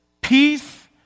Peace